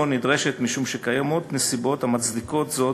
נדרשת משום שקיימות נסיבות המצדיקות זאת,